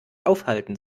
aufhalten